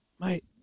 mate